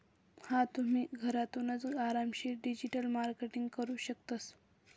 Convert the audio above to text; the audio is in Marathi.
हा तुम्ही, घरथूनच आरामशीर डिजिटल मार्केटिंग करू शकतस